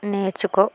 నేర్చుకో